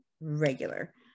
regular